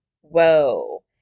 Whoa